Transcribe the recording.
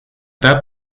that